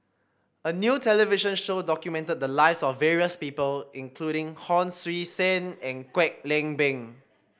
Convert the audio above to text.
a new television show documented the lives of various people including Hon Sui Sen and Kwek Leng Beng